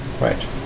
Right